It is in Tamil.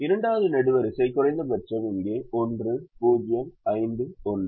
இரண்டாவது நெடுவரிசை குறைந்தபட்சம் இங்கே 1 0 5 1